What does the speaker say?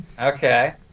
Okay